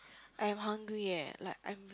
I am hungry eh like I'm